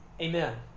Amen